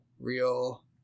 real